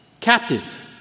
captive